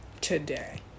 today